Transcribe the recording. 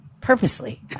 purposely